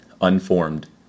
unformed